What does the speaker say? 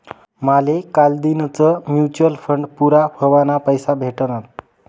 माले कालदीनच mutual fund पूरा व्हवाना पैसा भेटनात